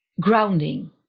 grounding